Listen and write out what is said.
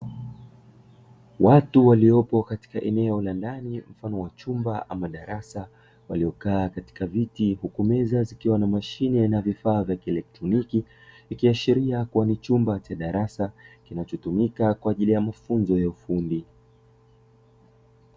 Watu waliopo katika eneo la ndani mfano wa chumba au darasa waliokaa katika viti huku meza zikiwa na mfano wa mashine aina ya vifaa vya kielekroniki ikiashiri kua ni chumba kinachotumika kwaajili ya mafunzo ya ufundi.